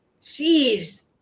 Jeez